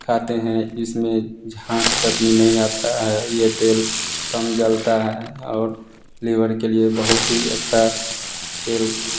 खाते हैं इसमें झाग तक भी नहीं आता है ये तेल कम जलता है और लीवर के लिए बहुत ही अच्छा तेल